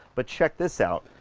but check this out.